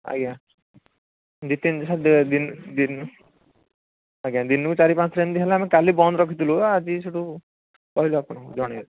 ଆଜ୍ଞା ସାର୍ ଦିନକୁ ଚାରି ପାଞ୍ଚଥର ଏମିତି ହେଲା କାଲି ବନ୍ଦ ରଖିଥିଲୁ ଆଜି ସେଠୁ କହିଲୁ ଆପଣଙ୍କୁ ଜଣାଇଲୁ